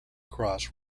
cross